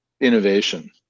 innovation